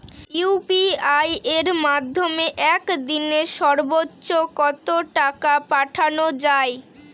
UPI এর মাধ্যমে এক দিনে সর্বচ্চ কত টাকা পাঠানো যায়?